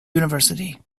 university